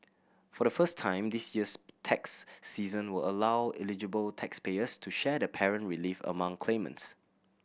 for the first time this year's tax season will allow eligible taxpayers to share the parent relief among claimants